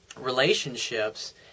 relationships